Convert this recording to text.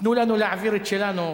תנו לנו להעביר את שלנו,